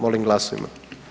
Molim glasujmo.